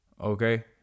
okay